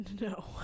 No